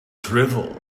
drivel